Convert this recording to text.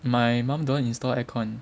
my mom don't install aircon